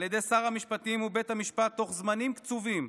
על ידי שר המשפטים ובית המשפט בתוך זמנים קצובים: